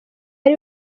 ari